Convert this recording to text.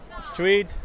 street